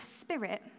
spirit